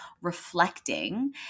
reflecting